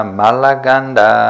malaganda